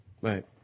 Right